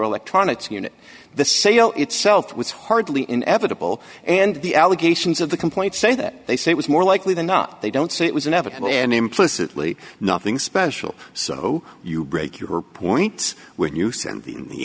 electronics unit the sale itself was hardly inevitable and the allegations of the complaint say that they say it was more likely than not they don't say it was inevitable and implicitly nothing special so you break your point whe